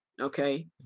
Okay